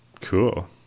cool